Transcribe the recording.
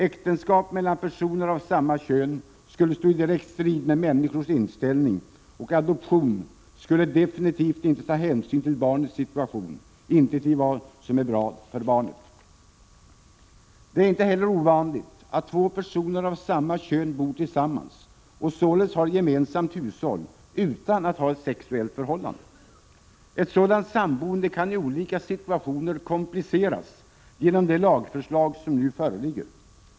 Äktenskap mellan personer av samma kön skulle stå i direkt strid med människors inställning, och vid en adoption skulle barnets situation eller vad som är bra för barnet definitivt inte beaktas. Det är inte helt ovanligt att två personer av samma kön bor tillsammans och således har gemensamt hushåll utan att ha ett sexuellt förhållande. Ett sådant samboende kan i olika situationer kompliceras genom det lagförslag som nu föreligger.